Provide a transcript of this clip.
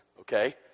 okay